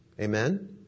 Amen